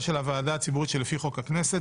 של הוועדה הציבורית שלפי חוק הכנסת,